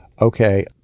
okay